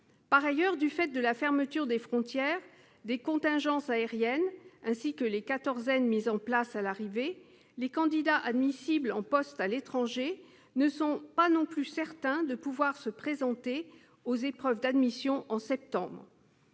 Par ailleurs, du fait de la fermeture des frontières, des contingences aériennes et des quatorzaines mises en place à l'arrivée, les candidats admissibles en poste à l'étranger ne sont pas certains de pouvoir se présenter aux épreuves d'admission en septembre.